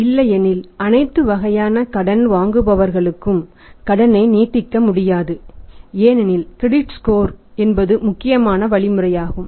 இல்லையெனில் அனைத்து வகையான கடன் வாங்குபவர்களுக்கும் கடனை நீட்டிக்க முடியாது ஏனெனில் கிரெடிட் ஸ்கோர் என்பது முக்கியமான வழிமுறையாகும்